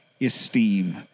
esteem